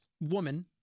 woman-